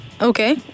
Okay